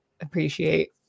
appreciate